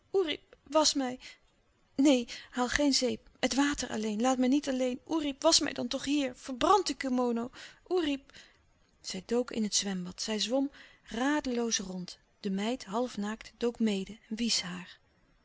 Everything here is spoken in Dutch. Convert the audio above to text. wasch mij neen haal geen zeep met water alleen laat mij niet alleen oerip wasch mij dan toch hier verbrand de kimono oerip zij dook in het zwembad zij zwom radeloos rond de meid half naakt dook mede